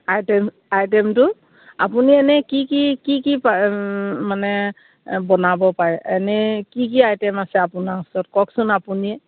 item আইটেমটো আপুনি এনেই কি কি কি কি মানে বনাব পাৰে এনেই কি কি আইটেম আছে আপোনাৰ ওচৰত কওকচোন আপুনিয়ে